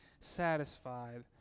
satisfied